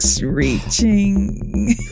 reaching